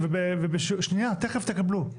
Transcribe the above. כן, חבר הכנסת רז.